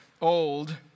old